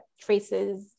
traces